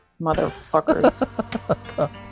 motherfuckers